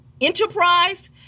enterprise